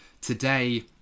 today